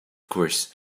course